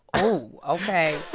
oh. ok